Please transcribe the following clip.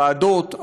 בוועדות,